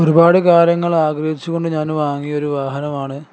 ഒരുപാട് കാലങ്ങൾ ആഗ്രഹിച്ചുകൊണ്ട് ഞാൻ വാങ്ങിയ ഒരു വാഹനമാണ്